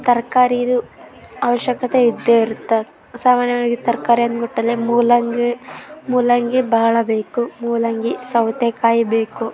ತರಕಾರಿದು ಆವಶ್ಯಕತೆ ಇದ್ದೇ ಇರುತ್ತೆ ಸಾಮಾನ್ಯವಾಗಿ ತರಕಾರಿ ಅಂದ್ಬಿಟ್ಟರೇ ಮೂಲಂಗಿ ಮೂಲಂಗಿ ಭಾಳ ಬೇಕು ಮೂಲಂಗಿ ಸೌತೆಕಾಯಿ ಬೇಕು